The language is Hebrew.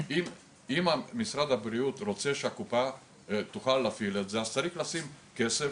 אם משרד הבריאות רוצה שהקופה תוכל להפעיל את זה אז צריך לשים כסף